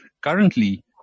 Currently